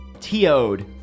TO'd